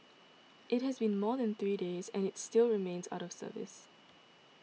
it has been more than three days and is still remains out of service